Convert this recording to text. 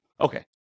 Okay